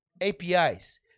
APIs